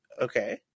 okay